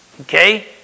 Okay